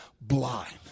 blind